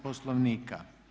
Poslovnika.